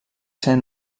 ser